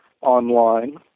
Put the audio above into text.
online